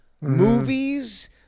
movies